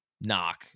knock